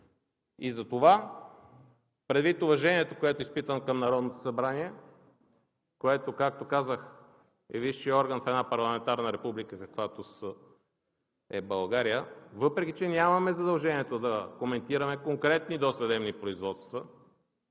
Затова, предвид уважението, което изпитвам към Народното събрание, което, както казах, е висшият орган в една парламентарна република, каквато е България, въпреки че нямаме задължението да коментираме конкретни досъдебни производства